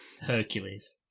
Hercules